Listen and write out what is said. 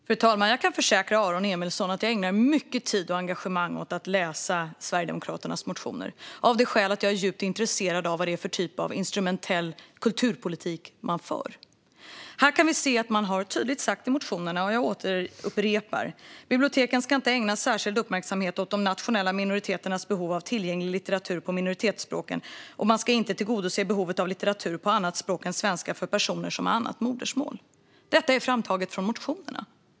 Fru talman! Jag kan försäkra Aron Emilsson att jag ägnar mycket tid och engagemang åt att läsa Sverigedemokraternas motioner av skälet att jag är djupt intresserad av vad det är för typ av instrumentell kulturpolitik ni för. Vi kan se vad ni tydligt har sagt i motionerna, och jag upprepar vad som står där: Biblioteken ska inte ägna särskild uppmärksamhet åt de nationella minoriteternas behov av tillgänglig litteratur på minoritetsspråken, och man ska inte tillgodose behovet av litteratur på annat språk än svenska för personer som har annat modersmål. Detta är alltså framtaget ur motionerna.